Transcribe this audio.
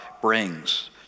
brings